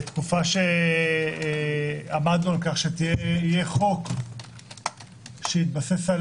תקופה שעמדנו על כך שיהיה חוק שיתבסס על